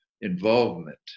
involvement